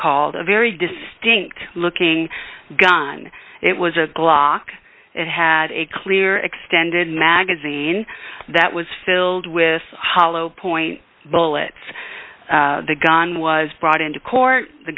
called a very distinct looking gun it was a glock it had a clear extended magazine that was filled with hollow point bullets the gun was brought into court the